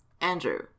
andrew